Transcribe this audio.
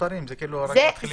הזוטרים זה כאילו אלה שרק מתחילים.